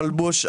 מלבוש,